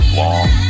long